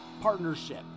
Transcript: partnership